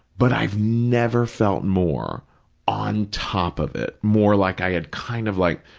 but i've never felt more on top of it, more like i had kind of like